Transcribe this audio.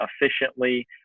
efficiently